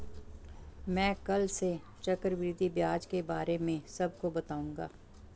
मैं कल से चक्रवृद्धि ब्याज के बारे में सबको बताऊंगा